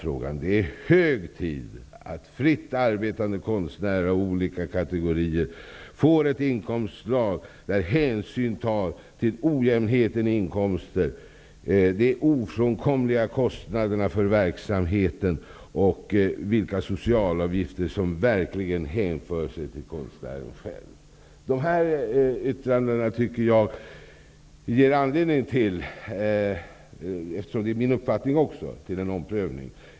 Han anser att det är hög tid att fritt arbetande konstnärer av olika kategorier får ett inkomstslag där hänsyn tas till ojämnheten i inkomster, de ofrånkomliga kostnaderna för verksamheten och vilka sociala avgifter som verkligen hänför sig till konstnären själv. Yttrandena, som även ger uttryck för min uppfattning, ger anledning till en omprövning.